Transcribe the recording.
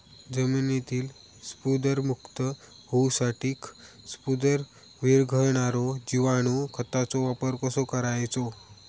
जमिनीतील स्फुदरमुक्त होऊसाठीक स्फुदर वीरघळनारो जिवाणू खताचो वापर कसो करायचो?